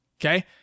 okay